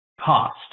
cost